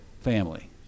family